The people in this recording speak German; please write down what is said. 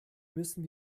müssen